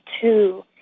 two